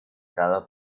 cada